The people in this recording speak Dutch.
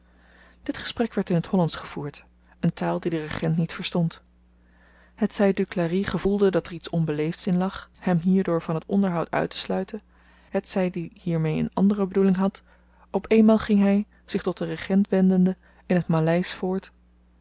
dit gesprek werd in t hollandsch gevoerd een taal die de regent niet verstond hetzy duclari gevoelde dat er iets onbeleefds in lag hem hierdoor van t onderhoud uittesluiten hetzyd i hiermee een andere bedoeling had op eenmaal ging hy zich tot den regent wendende in t maleisch voort